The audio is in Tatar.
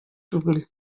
түгел